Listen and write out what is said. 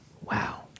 Wow